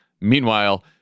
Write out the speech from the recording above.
Meanwhile